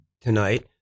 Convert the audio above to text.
tonight